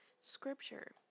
scripture